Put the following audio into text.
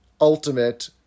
ultimate